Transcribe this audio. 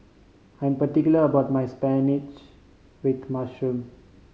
I am particular about my spinach with mushroom